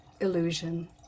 illusion